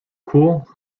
cool